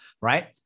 right